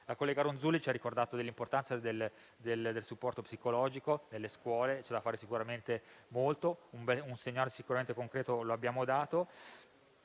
La collega Ronzulli ci ha ricordato l'importanza del supporto psicologico nelle scuole. C'è da fare sicuramente molto; un segnale concreto lo abbiamo dato